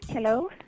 Hello